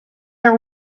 are